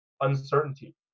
uncertainty